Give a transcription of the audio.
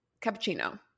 cappuccino